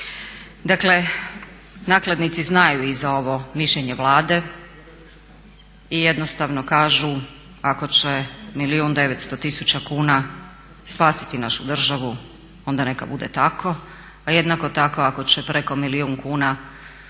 Dakle, nakladnici znaju i za ovo mišljenje Vlade i jednostavno kažu ako će milijun i 900 tisuća kuna spasiti našu državu onda neka bude tako. A jednako tako ako će preko milijun kuna